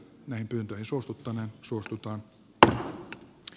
näin pyyntöön suostutaan on surdu pont d a